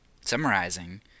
summarizing